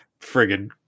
Friggin